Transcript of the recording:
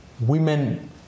women